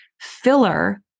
filler